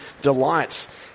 delights